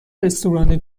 رستوران